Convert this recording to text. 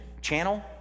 channel